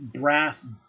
brass